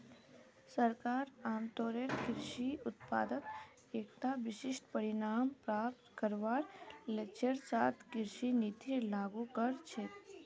सरकार आमतौरेर कृषि उत्पादत एकता विशिष्ट परिणाम प्राप्त करवार लक्ष्येर साथ कृषि नीतिर लागू कर छेक